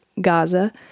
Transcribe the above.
Gaza